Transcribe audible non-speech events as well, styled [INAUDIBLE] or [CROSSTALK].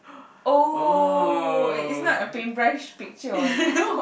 oh eh it's not a paintbrush picture one [BREATH]